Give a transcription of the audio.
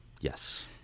Yes